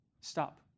stop